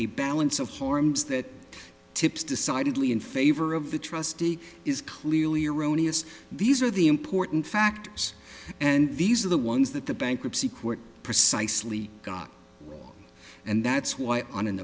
a balance of harms that tips decidedly in favor of the trustee is clearly erroneous these are the important factors and these are the ones that the bankruptcy court precisely got and that's why on an